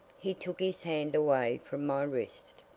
he took his hand away from my wrist,